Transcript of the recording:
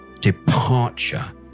departure